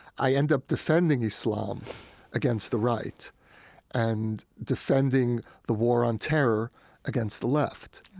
i end up defending islam against the right and defending the war on terror against the left.